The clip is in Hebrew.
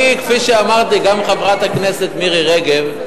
אני, כפי שאמרתי, חברת הכנסת מירי רגב,